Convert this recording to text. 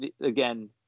again